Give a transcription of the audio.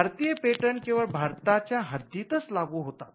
भारतीय पेटंट केवळ भारताच्या हद्दीतच लागू होतात